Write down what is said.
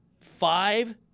Five